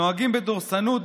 נוהגים בדורסנות,